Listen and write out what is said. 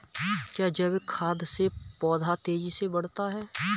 क्या जैविक खाद से पौधा तेजी से बढ़ता है?